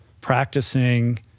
practicing